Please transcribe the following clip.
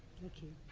thank you.